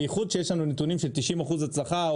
בייחוד שיש לנו נתונים של 90% הצלחה,